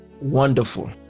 wonderful